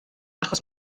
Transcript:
achos